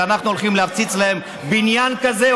שאנחנו הולכים להפציץ להם בניין כזה,